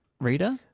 reader